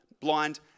blind